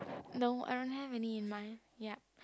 no I don't have any in mind yup